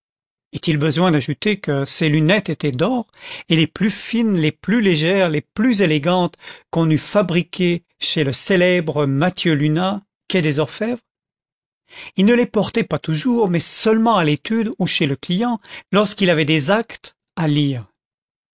est-il besoin d'ajouter que ses lunettes étaient d'or et les plus fines les plus légères les plus élégantes qu'on eût fabriquées chez le célèbre mathieu luna quai des orfèvres content from google book search generated at il ne les portait pas toujours mais seulement à l'étude ou chez le client lorsqu'il avait des actes à lire